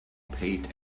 paid